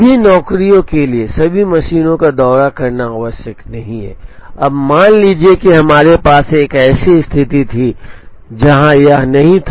सभी नौकरियों के लिए सभी मशीनों का दौरा करना आवश्यक नहीं है अब मान लीजिए कि हमारे पास एक ऐसी स्थिति थी जहां यह नहीं था